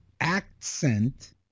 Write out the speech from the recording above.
accent